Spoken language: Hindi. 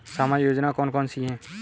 सामाजिक योजना कौन कौन सी हैं?